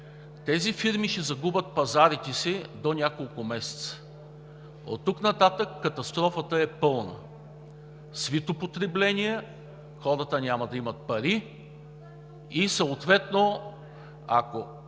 Тези фирми ще загубят пазарите си до няколко месеца. Оттук нататък катастрофата е пълна: свито потребление, хората няма да имат пари и съответно, ако…